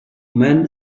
men